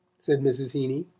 said mrs. heeny,